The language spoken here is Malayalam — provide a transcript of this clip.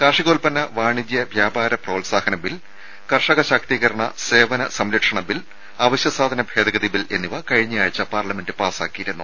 കാർഷികോത്പന്ന വാണിജ്യ വ്യാപാര പ്രോത്സാഹന ബിൽ കർഷക ശാക്തീകരണ സേവന സംരക്ഷണ ബിൽ അവശ്യസാധന ഭേദഗതി ബിൽ എന്നിവ കഴിഞ്ഞ ആഴ്ച പാർലമെന്റ് പാസ്സാക്കിയിരുന്നു